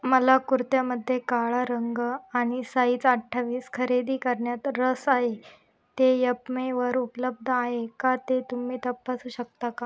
मला कुर्त्यामध्ये काळा रंग आणि साईज अठ्ठावीस खरेदी करण्यात रस आहे ते यपमेवर उपलब्ध आहे का ते तुम्ही तपासू शकता का